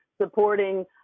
supporting